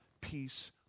peace